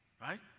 right